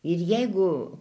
ir jeigu